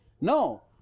No